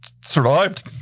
survived